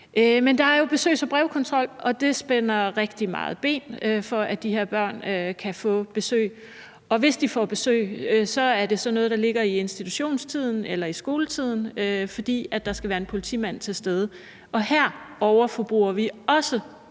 Men der er jo besøgs- og brevkontrol, og det spænder rigtig meget ben for, at de kan få besøg af de her børn, og hvis de får besøg, er det sådan noget, der ligger i institutionstiden eller i skoletiden, fordi der skal være en politimand til stede. Den type foranstaltninger